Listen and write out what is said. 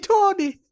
Tony